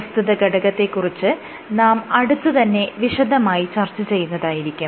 പ്രസ്തുത ഘടകത്തെ കുറിച്ച് നാം അടുത്ത് തന്നെ വിശദമായി ചർച്ച ചെയ്യുന്നതായിരിക്കും